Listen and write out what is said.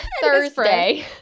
Thursday